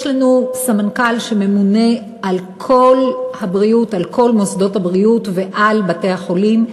יש לנו סמנכ"ל שממונה על כל מוסדות הבריאות ועל בתי-החולים.